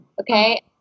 okay